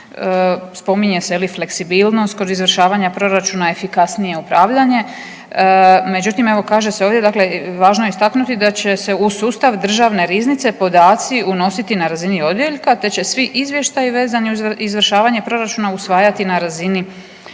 Spominje se je li fleksibilnost kod izvršavanja proračuna, efikasnije upravljanje. Međutim, evo kaže se ovdje, dakle važno je istaknuti da će se u sustav Državne riznice podaci unositi na razini odjeljka te će svi izvještaji vezani uz izvršavanje proračuna usvajati na razini odjeljka.